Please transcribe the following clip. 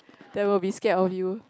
they will be scared of you